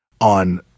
on